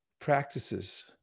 practices